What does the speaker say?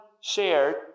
shared